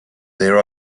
there